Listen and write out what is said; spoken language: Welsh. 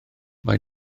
mae